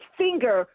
finger